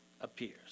appears